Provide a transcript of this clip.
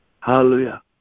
hallelujah